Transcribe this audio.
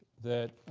that